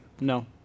no